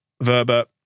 Verba